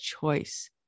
choice